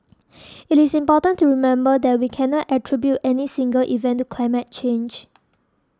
it is important to remember that we cannot attribute any single event to climate change